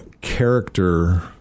character